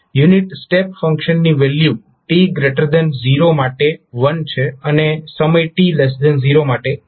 unit step ફંક્શનની value સમય t0 માટે 1 છે અને સમય t0 માટે 0 છે